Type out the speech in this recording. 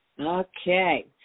Okay